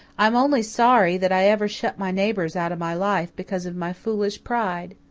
i'm only sorry that i ever shut my neighbours out of my life because of my foolish pride.